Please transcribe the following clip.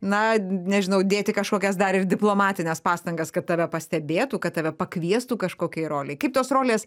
na nežinau dėti kažkokias dar ir diplomatines pastangas kad tave pastebėtų kad tave pakviestų kažkokiai rolei kaip tos rolės